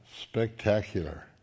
spectacular